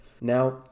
Now